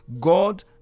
God